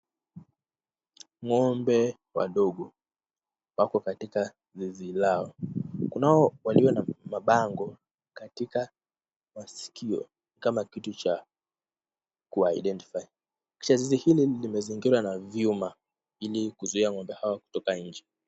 Ng'ombe wadogo, wako katika zizi lao. Kunao walio na mabango katika masikio kama kitu cha kuwaidentify . Kisha zizi hili limezingirwa na vyuma ili kuzuia ng'ombe hawa kutoka nje.